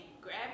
grab